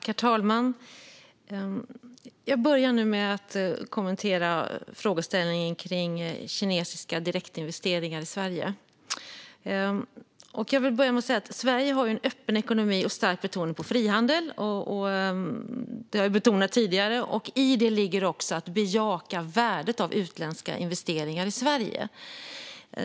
Herr talman! Jag börjar med att kommentera frågeställningen om kinesiska direktinvesteringar i Sverige. Jag vill börja med att säga att Sverige har en öppen ekonomi och stark betoning på frihandel. Det har jag betonat tidigare. I detta ligger också att bejaka värdet av utländska investeringar i Sverige.